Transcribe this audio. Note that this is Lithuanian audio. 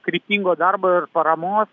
kryptingo darbo ir paramos